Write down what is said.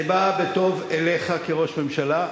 אני בא בטוב אליך כראש ממשלה,